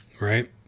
right